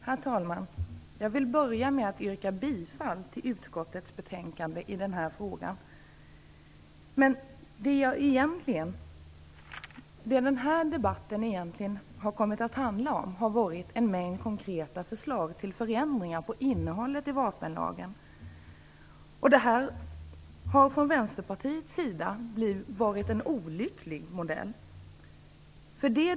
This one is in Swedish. Herr talman! Jag vill börja med att yrka bifall till hemställan i utskottets betänkande i denna fråga. Det debatten har kommit att handla om har varit en mängd konkreta förslag till förändringar av innehållet i vapenlagen. Från Vänsterpartiets sida tycker vi att det har varit en olycklig modell.